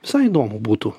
visai įdomu būtų